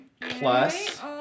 plus